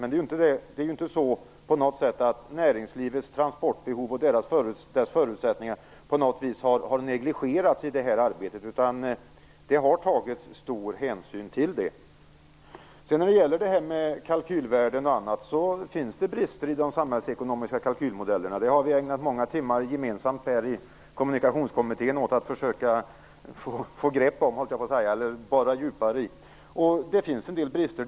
Men det är inte så att näringslivets transportbehov och förutsättningarna för det på något sätt har negligerats i det här arbetet. Det har tagits stor hänsyn till det. Det finns brister i de samhällsekonomiska kalkylmodellerna. Det har vi gemensamt ägnat många timmar i Kommunikationskommittén åt att försöka borra djupare i, Per Westerberg. Det finns en del brister.